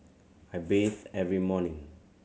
I bathe every morning